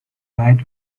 right